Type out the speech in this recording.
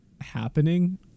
happening